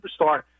superstar